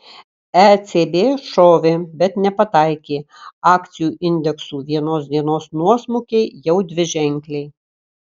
ecb šovė bet nepataikė akcijų indeksų vienos dienos nuosmukiai jau dviženkliai